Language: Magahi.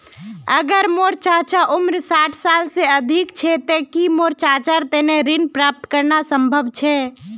अगर मोर चाचा उम्र साठ साल से अधिक छे ते कि मोर चाचार तने ऋण प्राप्त करना संभव छे?